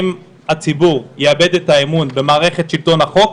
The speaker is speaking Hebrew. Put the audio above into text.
אם הציבור ייאבד את האמון במערכת שלטון החוק,